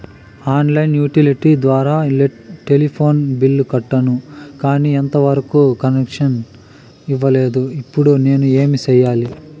On line utility ద్వారా telephone bill కట్టాను, కానీ ఎంత వరకు కనెక్షన్ ఇవ్వలేదు, ఇప్పుడు నేను ఏమి సెయ్యాలి?